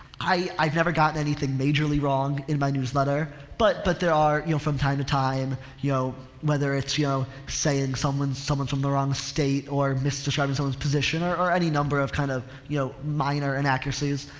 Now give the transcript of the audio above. i, i've never gotten anything majorly wrong in my newsletter but, but there are, you know, from time to time, you know, whether it's, you know, saying someone's, someone's from the wrong state or misdescribing someone's position or, or any number of kind of, you know, minor inaccuracies.